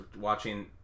watching